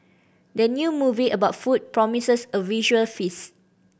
the new movie about food promises a visual feast